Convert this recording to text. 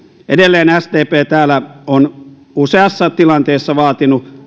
edelleen sdp täällä on useassa tilanteessa vaatinut